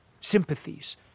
Sympathies